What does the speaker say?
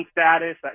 status